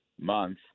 month